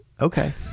okay